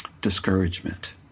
discouragement